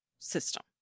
system